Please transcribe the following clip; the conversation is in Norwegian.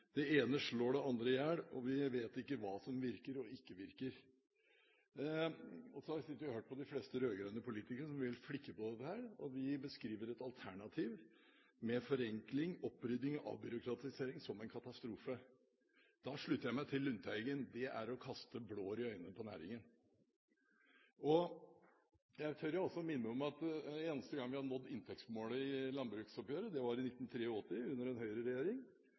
Det ene slår det andre i hjel, og vi vet ikke hva som virker og ikke virker. Så har jeg sittet og hørt på de fleste rød-grønne politikere, som vil flikke på dette. De beskriver et alternativ med forenkling, opprydding og avbyråkratisering som en katastrofe. Da slutter jeg meg til Lundteigen: Det er å kaste blår i øynene på næringen. Jeg tør å minne om at den eneste gangen vi har nådd inntektsmålet i landbruksoppgjøret, var i 1983 under en